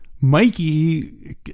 Mikey